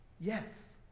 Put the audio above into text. Yes